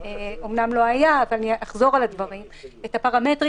אמנם לא היה אבל אחזור על הדברים את הפרמטרים